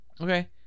Okay